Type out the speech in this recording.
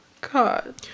God